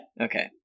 Okay